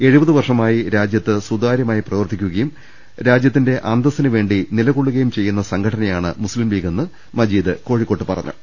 എഴുപത് വർഷമായി രാജ്യത്ത് സുതാര്യമായി പ്രവർത്തി ക്കുകയും രാജ്യത്തിന്റെ അന്തസ്സിനുവേണ്ടി നിലകൊള്ളുകയും ചെയ്യുന്ന സംഘടനയാണ് ലീഗെന്ന് മജീദ് കോഴിക്കോട്ട് പറഞ്ഞു